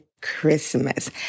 Christmas